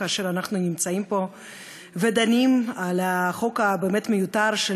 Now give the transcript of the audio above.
כאשר אנחנו נמצאים פה ודנים על החוק המיותר באמת